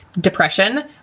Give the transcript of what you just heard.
depression